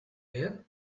here